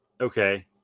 okay